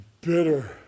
bitter